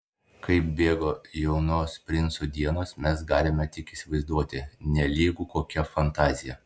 kaip bėgo jaunos princo dienos mes galime tik įsivaizduoti nelygu kokia fantazija